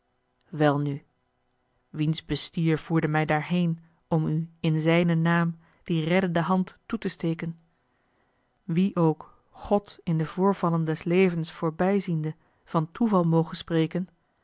welnu wiens bestier voerde mij daarheen om u in zijnen naam die reddende hand toe te steken wie ook god in de voorvallen des levens voorbijziende van toeval moge spreken